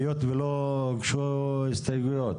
היות ולא הוגשו הסתייגויות